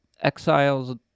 exiles